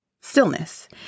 stillness